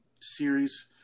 series